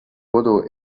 kodu